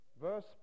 Verse